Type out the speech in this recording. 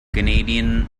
canadian